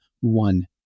one